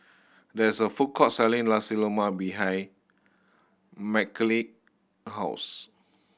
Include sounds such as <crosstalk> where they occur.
there is a food court selling Nasi Lemak behind <unintelligible> house